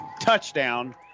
touchdown